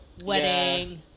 Wedding